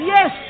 Yes